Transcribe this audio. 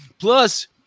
Plus